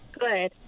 good